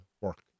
work